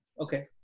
Okay